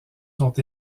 sont